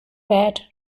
bat